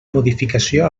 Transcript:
modificació